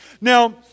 Now